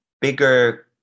bigger